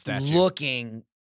Looking